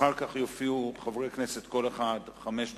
אחר כך יופיעו חברי כנסת, כל אחד חמש דקות,